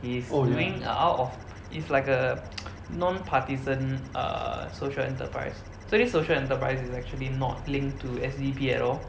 he's doing uh out of it's like a non-partisan err social enterprise so this social enterprise is actually not linked to S_D_P at all